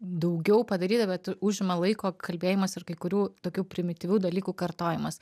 daugiau padaryti bet užima laiko kalbėjimas ir kai kurių tokių primityvių dalykų kartojimas